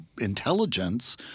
intelligence